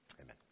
amen